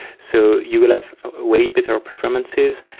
so you will have way better performances.